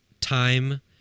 time